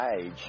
age